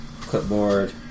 clipboard